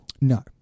No